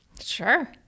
Sure